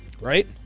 right